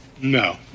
No